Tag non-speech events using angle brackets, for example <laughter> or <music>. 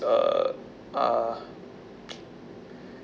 uh uh <noise>